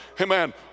Amen